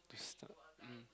twisted mm